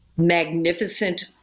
magnificent